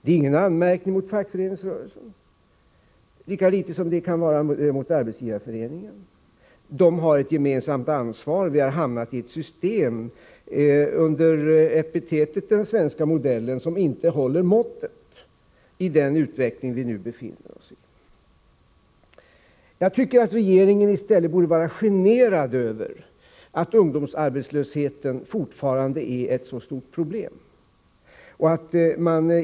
Det är ingen anmärkning mot fackföreningsrörelsen lika litet som mot Arbetsgivareföreningen. De har dock ett gemensamt ansvar för denna utveckling. Vi har hamnat i ett system — under epitetet den svenska modellen — som inte håller måttet i den utveckling vi nu befinner oss i. Jag tycker regeringen borde vara generad över att ungdomsarbetslösheten fortfarande är ett så stort problem som den är.